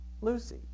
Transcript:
Lucy